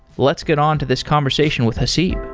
let's get on to this conversation with haseeb.